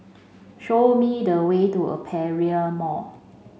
show me the way to Aperia Mall